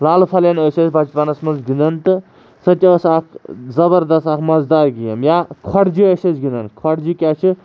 لالہٕ پھلٮ۪ن ٲسۍ أسۍ بَچپَنَس منٛز گِنٛدان تہٕ سۄتہِ ٲس اَکھ زبردَست اَکھ مَزٕدار گیم یا کھۄڈجہِ ٲسۍ أسۍ گِنٛدان کھۄڈجہِ کیاہ چھِ